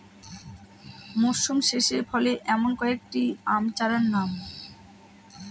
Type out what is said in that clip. মরশুম শেষে ফলে এমন কয়েক টি আম চারার নাম?